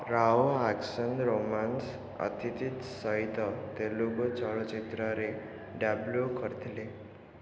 Rao action romance Athidhi ସହିତ ତେଲୁଗୁ ଚଳଚ୍ଚିତ୍ରରେ debut କରିଥିଲେ